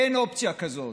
אין אופציה כזאת.